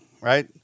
right